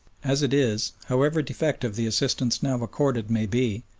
as it is, however defective the assistance now accorded may be,